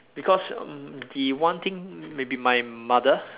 because mm the one thing maybe my mother